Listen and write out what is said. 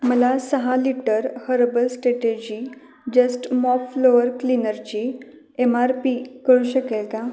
मला सहा litre herbal strategy just mop floor क्लीनरची एम आर पी कळू शकेल का